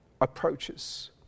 approaches